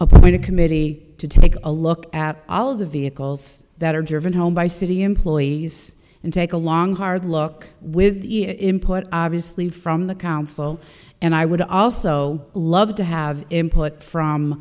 committee to take a look at all of the vehicles that are driven home by city employees and take a long hard look with input obviously from the council and i would also love to have input from